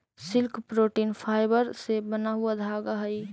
silk protein fibre से बना हुआ धागा हई